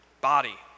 body